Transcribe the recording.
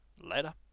Later